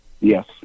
Yes